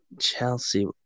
Chelsea